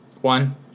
One